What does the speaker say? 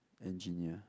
engineer